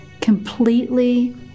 completely